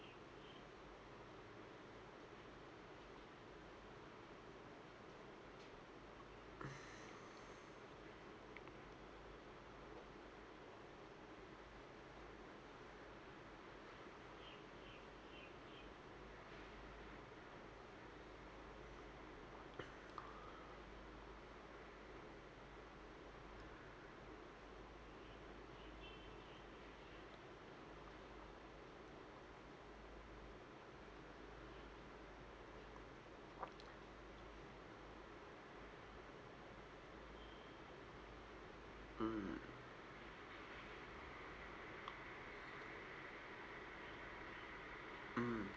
mm mm